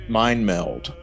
mind-meld